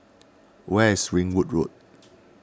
where is Ringwood Road